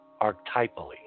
archetypally